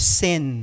sin